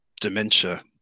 dementia